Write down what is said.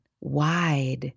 wide